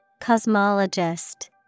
Cosmologist